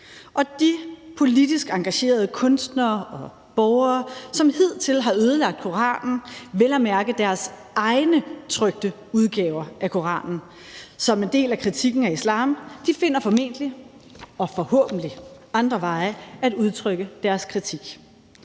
de politisk engagerede kunstnere og borgere, som hidtil har ødelagt koraner – vel og mærke deres egne trykte udgaver af Koranen – som en del af kritikken af islam, finder formentlig og forhåbentlig andre veje til at udtrykke deres kritik.